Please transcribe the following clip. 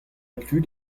inclus